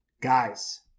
Guys